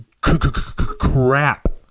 crap